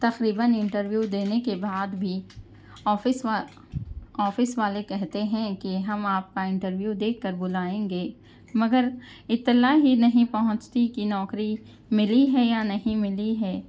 تقريباً interview دينے كے بعد بھی آفس وہ آفس والے کہتے ہیں کہ ہم آپ کا انٹر ویو دیکھ کر بلائیں گے مگر اطلاع ہی نہیں پہنچتی کہ نوکری ملی ہے یا نہیں ملی ہے